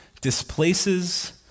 displaces